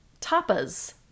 tapas